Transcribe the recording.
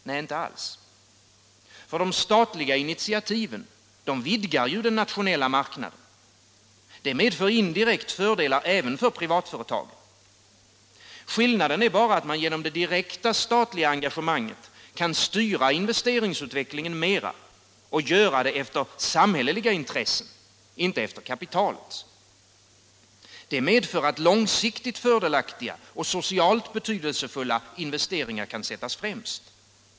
Nej, inte alls, — statligt investeringsför de statliga initiativen vidgar ju den nationella marknaden. Det medför = bidrag indirekt fördelar även för privatföretagen. Skillnaden är bara att man genom det direkta statliga engagemanget kan styra investeringsutvecklingen mera, och göra det efter samhälleliga intressen, inte efter kapitalets. Det medför att långsiktigt fördelaktiga och socialt betydelsefulla investeringar kan sättas främst.